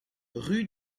rue